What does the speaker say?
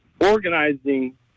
organizing